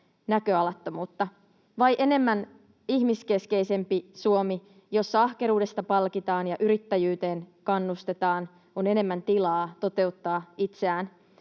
näköalattomuutta, vai ihmiskeskeisempi Suomi, jossa ahkeruudesta palkitaan ja yrittäjyyteen kannustetaan, on enemmän tilaa toteuttaa itseään,